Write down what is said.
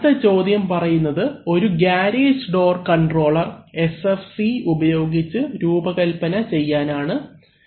അടുത്ത ചോദ്യം പറയുന്നത് ഒരു ഗാരേജ് ഡോർ കൺട്രോളർ SFC ഉപയോഗിച്ച് രൂപകൽപ്പന ചെയ്യാനാണു